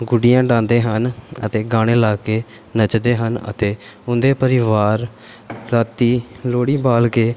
ਗੁੱਡੀਆਂ ਉਡਾਉਂਦੇ ਹਨ ਅਤੇ ਗਾਣੇ ਲਾ ਕੇ ਨੱਚਦੇ ਹਨ ਅਤੇ ਉਹਨਾਂ ਦੇ ਪਰਿਵਾਰ ਰਾਤੀਂ ਲੋਹੜੀ ਬਾਲ ਕੇ